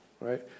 right